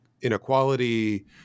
inequality